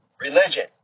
religion